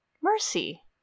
mercy